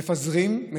מפזרים,